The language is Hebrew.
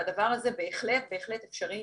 והדבר הזה בהחלט אפשרי